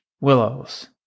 Willows